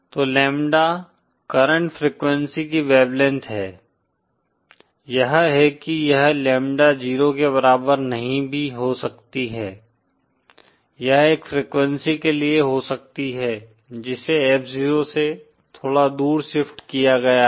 तो lambda current frequency की wavelength है यह है कि यह लैम्ब्डा 0 के बराबर नहीं भी हो सकती है यह एक फ्रीक्वेंसी के लिए हो सकती है जिसे F 0 से थोड़ा दूर शिफ्ट किया गया है